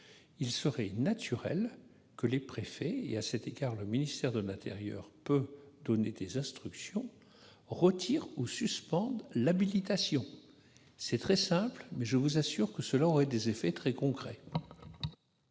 il serait naturel que les préfets- et à cet égard, le ministère de l'intérieur peut donner des instructions -retirent ou suspendent l'habilitation. Je vous assure qu'une telle mesure, très simple, aurait des effets très concrets.